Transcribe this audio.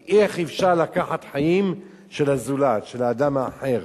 כי איך אפשר לקחת חיים של הזולת, של האדם האחר,